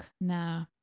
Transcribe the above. na